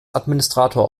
administrator